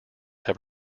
have